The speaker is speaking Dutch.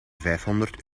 vijfhonderd